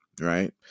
right